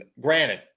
Granted